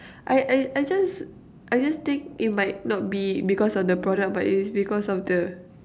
I I I just I just think it might not be because of the product but it's because of the